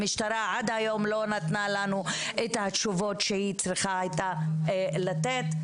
המשטרה עד היום לא נתנה לנו את התשובות שהיא צריכה הייתה לתת,